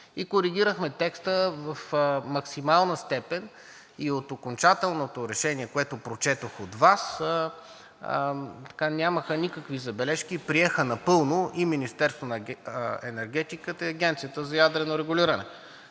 и коригирахме текста в максимална степен и от окончателното решение, което прочетох, от Вас нямаха никакви забележки и приеха напълно и Министерството на енергетиката, и Агенцията за ядрено регулиране.